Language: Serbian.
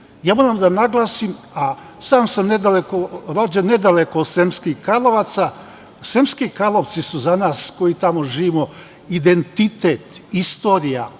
Moram da naglasim, a sam sam rođen nedaleko od Sremskih Karlovaca, Sremski Karlovci su nas koji tamo živimo identitet, istorija,